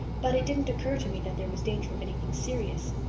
but it didn't occur to me that there was danger of anything serious.